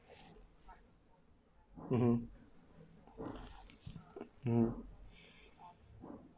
mmhmm um